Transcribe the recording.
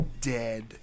dead